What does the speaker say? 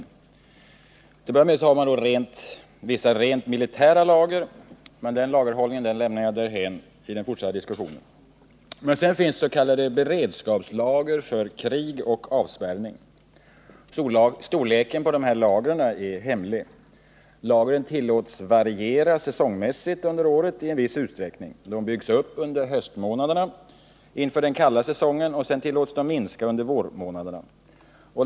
Till att börja med har vi vissa rent militära lager, men den lagerhållningen lämnar jag därhän i den fortsatta diskussionen. Sedan finns det s.k. beredskapslager för krig och avspärrning. Deras storlek är hemlig. Lagren tillåts variera säsongmässigt under året i en viss utsträckning. De byggs upp under höstmånaderna inför den kalla säsongen och tillåts minska under vårmånaderna.